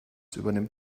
übernimmt